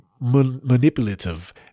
manipulative